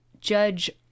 Judge